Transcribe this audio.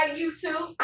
YouTube